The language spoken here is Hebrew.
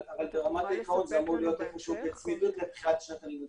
אבל ברמת העיקרון זה אמור להיות איפה שהוא בצמידות לתחילת שנת הלימודים.